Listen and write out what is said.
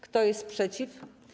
Kto jest przeciw?